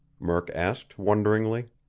murk asked wonderingly.